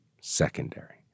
secondary